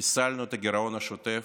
חיסלנו את הגירעון השוטף,